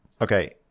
okay